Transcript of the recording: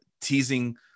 teasing